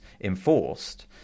enforced